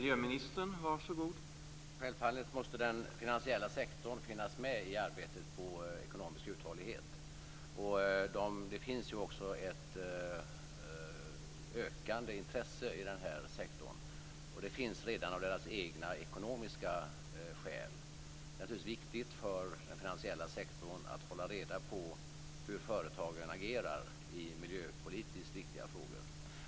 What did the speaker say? Herr talman! Självfallet måste den finansiella sektorn finnas med i arbetet på ekonomisk uthållighet. Man har också ett ökande intresse för detta inom den sektorn redan av egna ekonomiska skäl. Det är naturligtvis viktigt för den finansiella sektorn att hålla reda på hur företagarna agerar i miljöpolitiskt viktiga frågor.